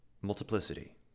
multiplicity